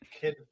Kid